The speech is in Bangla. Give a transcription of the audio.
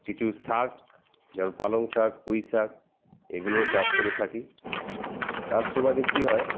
কিছু শাক যেমন পালং শাক পুঁই শাক এগুলো চাষ করে থাকি তার সুবাদে কি হয়